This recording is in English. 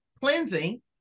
cleansing